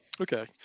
Okay